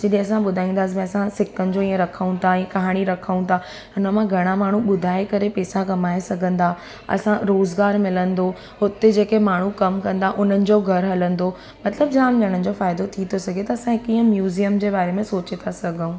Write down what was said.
जिते असां ॿुधाईंदासीं भई असां सिकनि जो इहे रखूं था या कहाणी ख़र्चु था हुन मां घणो माण्हू ॿुधाए करे पेसा कमाए सघंदा असां रोज़गारु मिलंदो हुते जेके माण्हू कमु कंदा उन्हनि जो घरु हलंदो मतिलबु जाम ॼणनि जो फ़ाइदो थी थो सघे त असां कीअं म्यूज़ियम जे बारे में सोचे था सघूं